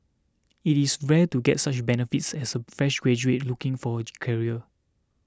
it is rare to get such benefits as a fresh graduate looking for a career